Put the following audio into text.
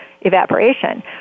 evaporation